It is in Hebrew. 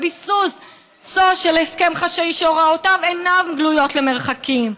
בסיסו של הסכם חשאי שהוראותיו אינן גלויות למורחקים".